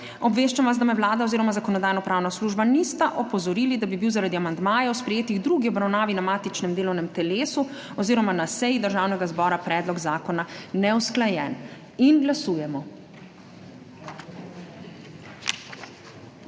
Obveščam vas, da me Vlada oziroma Zakonodajno-pravna služba nista opozorili, da bi bil zaradi amandmajev, sprejetih v drugi obravnavi na matičnem delovnem telesu oziroma na seji Državnega zbora, predlog zakona neusklajen. Glasujemo.